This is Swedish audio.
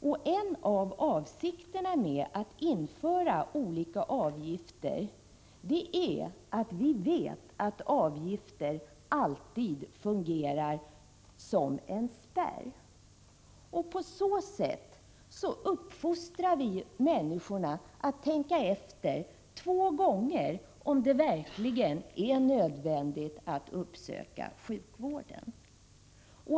Vi vet att avgifter alltid fungerar som en spärr, vilket också är en av avsikterna med att införa olika avgifter. På så sätt uppfostrar vi människorna att tänka efter två gånger om det verkligen är nödvändigt att uppsöka sjukvården.